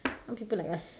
all people like us